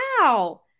wow